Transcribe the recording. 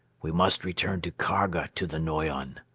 we must return to kharga to the noyon.